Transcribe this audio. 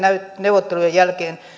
neuvottelujen jälkeen